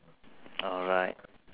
alright